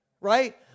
right